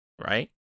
right